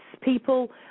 people